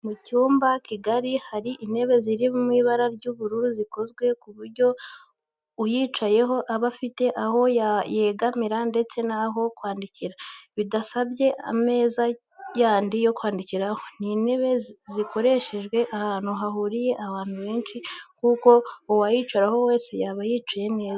Mu cyumba kigari hari intebe ziri mu ibara ry'ubururu zikozwe ku buryo uyicayeho aba afite aho yegamira ndetse n'aho kwandikira bidasabye ameza yandi yo kwandikiraho. Ni intebe zakoreshwa ahantu hahuriye abantu benshi kuko uwayicaraho wese yaba yicaye neza.